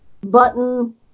button